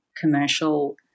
commercial